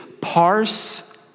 parse